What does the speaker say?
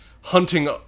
hunting